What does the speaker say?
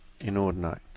Inordinate